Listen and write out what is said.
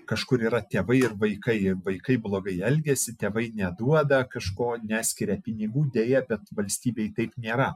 kažkur yra tėvai ir vaikai jie vaikai blogai elgiasi tėvai neduoda kažko neskiria pinigų deja bet valstybėj taip nėra